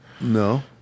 No